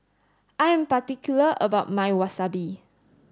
I am particular about my Wasabi